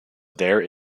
there